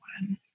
one